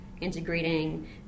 integrating